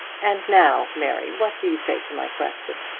and now, mary, what do you say to my question?